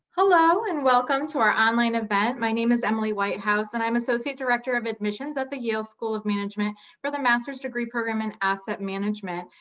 hello and welcome to our online event. my name is emily whitehouse and i'm associate director of admissions at the yale school of management for the master's degree program in asset management.